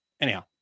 anyhow